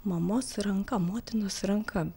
mamos ranka motinos ranka